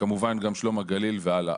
וכמובן גם ממלחמת שלום הגליל והלאה.